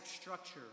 structure